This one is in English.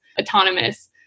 autonomous